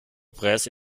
prince